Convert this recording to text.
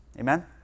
Amen